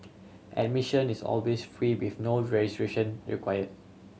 admission is always free with no registration require